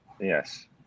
Yes